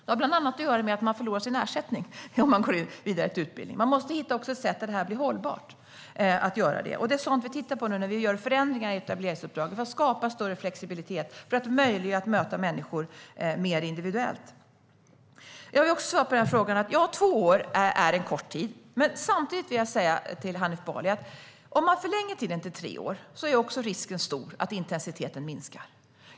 Det har bland annat att göra med att man förlorar sin ersättning om man går vidare till utbildning. Vi måste därför hitta ett sätt som gör att det blir hållbart att gå vidare. Det vi nu tittar på, när vi gör förändringar i etableringsuppdraget, är vad som skapar större flexibilitet för att göra det möjligt att möta människor mer individuellt. Jag vill också svara på frågan om tid. Ja, två år är en kort tid. Samtidigt vill jag säga till Hanif Bali att om vi förlänger tiden till tre år är risken stor att intensiteten minskar.